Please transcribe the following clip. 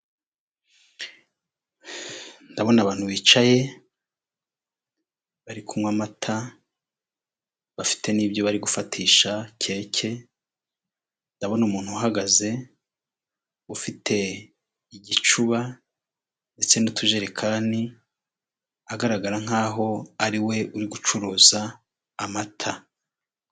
Ndabona abantu bicaye bari kunywa amata, bafite n'ibyo bari gufatisha keke, ndabona umuntu uhagaze ufite igicuba ndetse n'utujerekani, agaragara nk'aho ari we uri gucuruza amata.